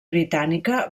britànica